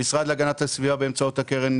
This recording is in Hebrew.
המשרד להגנת הסביבה באמצעות הקרן